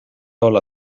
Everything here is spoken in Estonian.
olla